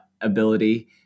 ability